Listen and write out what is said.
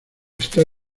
está